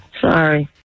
Sorry